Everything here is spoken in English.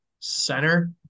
center